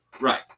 Right